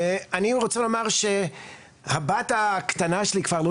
אני רוצה לומר שהבת הקטנה שלי כבר לא